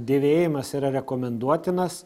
dėvėjimas yra rekomenduotinas